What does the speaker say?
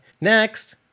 Next